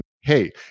hey